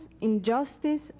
injustice